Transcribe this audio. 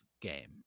game